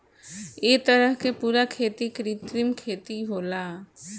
ए तरह के पूरा खेती कृत्रिम खेती होला